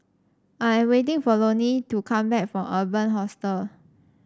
I am waiting for Lonie to come back from Urban Hostel